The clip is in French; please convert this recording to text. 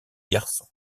garçons